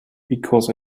because